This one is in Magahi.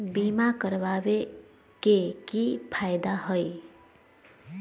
बीमा करबाबे के कि कि फायदा हई?